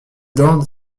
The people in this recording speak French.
dans